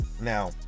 Now